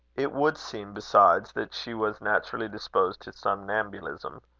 it would seem, besides, that she was naturally disposed to somnambulism.